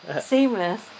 seamless